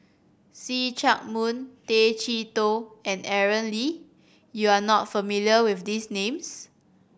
See Chak Mun Tay Chee Toh and Aaron Lee you are not familiar with these names